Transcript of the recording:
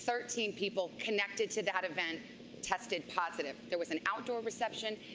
thirteen people connected to that event tested positive. there was an outdoor reception.